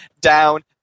down